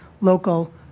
local